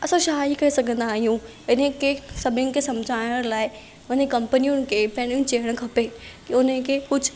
असां छा ई करे सघंदा आहियूं इन खे सभिनि खे सम्झाइणु लाइ वञी कंपनियुनि खे पहिरियों ई चइणु खपे कि उन्हनि खे कुझु